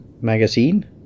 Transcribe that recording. magazine